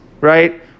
right